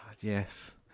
Yes